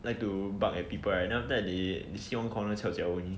like to bark at people right then after that they sit one corner 翘脚 only